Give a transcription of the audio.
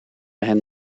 hen